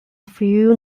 few